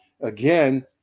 again